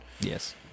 Yes